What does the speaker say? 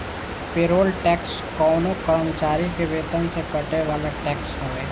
payroll tax कवनो कर्मचारी के वेतन से कटे वाला टैक्स हवे